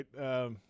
right